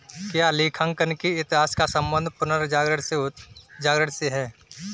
क्या लेखांकन के इतिहास का संबंध पुनर्जागरण से है?